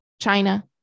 China